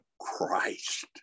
Christ